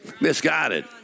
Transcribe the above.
Misguided